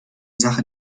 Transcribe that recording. sache